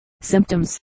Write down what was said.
symptoms